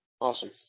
Awesome